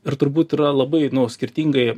ir turbūt yra labai skirtingai